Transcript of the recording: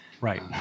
Right